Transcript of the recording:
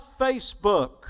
Facebook